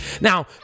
Now